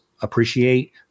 appreciate